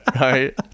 right